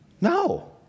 No